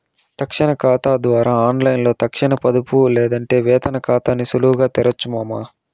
తక్షణ కాతా ద్వారా ఆన్లైన్లో తక్షణ పొదుపు లేదంటే వేతన కాతాని సులువుగా తెరవొచ్చు మామా